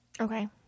Okay